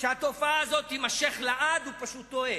שהתופעה הזו תימשך לעד, הוא פשוט טועה.